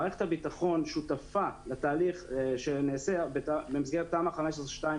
מערכת הביטחון שותפה לתהליך שנעשה במסגרת תמ"א 15(2),